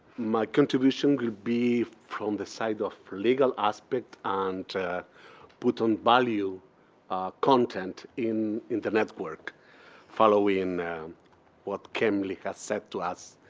my contribution will be from the side of legal aspect and put on value content in in the network following what kim lee has said to us.